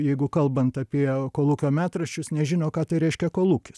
jeigu kalbant apie kolūkio metraščius nežino ką tai reiškia kolūkis